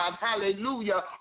hallelujah